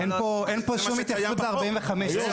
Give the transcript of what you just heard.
אין פה שום התייחסות ל-45 יום.